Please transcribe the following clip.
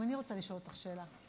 גם אני רוצה לשאול אותך שאלה.